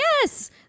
yes